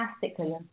fantastically